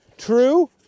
True